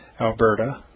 Alberta